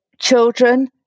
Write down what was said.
children